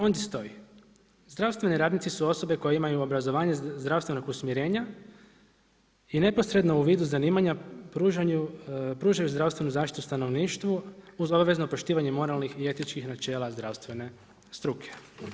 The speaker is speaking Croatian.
Ondje stoji zdravstveni radnici su osobe koje imaju obrazovanje zdravstvenog usmjerenja i neposredno u vidu zanimanja pružaju zdravstvenu zaštitu stanovništvu uz obvezno poštivanje moralnih i etičkih načela zdravstvene struke.